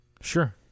Sure